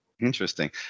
interesting